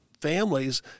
families